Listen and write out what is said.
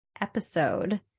episode